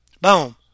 Boom